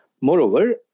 Moreover